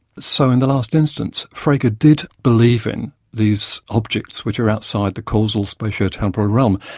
so in the last instance frege ah did believe in these objects which are outside the causal spatio-temporal realm,